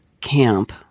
camp